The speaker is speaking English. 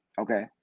Okay